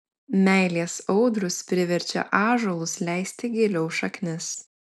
meilės audros priverčia ąžuolus leisti giliau šaknis